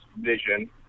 vision